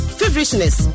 feverishness